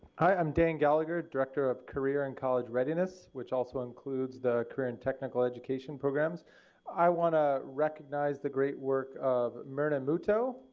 i'm dan gallagher, director of career and college readiness which also includes the career and technical education programs i want to recognize the great work of myrna muto.